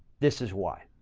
this is why,